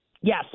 Yes